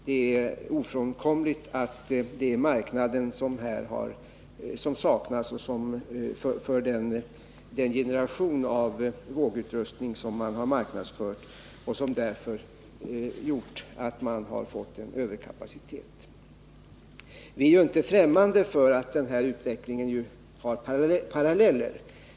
Det är ofrånkomligt att det är marknaden som saknas för den generation av vågutrustning som man har marknadsfört, vilket har gjort att man fått överkapacitet. Vi är inte ffrämmande för den här utvecklingen. Det finns paralleller.